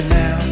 now